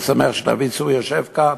אני שמח שדוד צור יושב כאן,